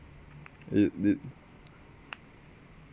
it did